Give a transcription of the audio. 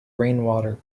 rainwater